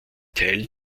teil